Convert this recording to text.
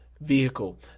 vehicle